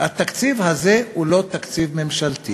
"התקציב הזה הוא לא תקציב ממשלתי